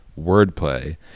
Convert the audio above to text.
wordplay